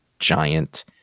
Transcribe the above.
giant